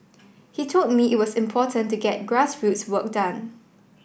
he told me it was important to get grassroots work done